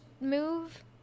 move